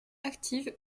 active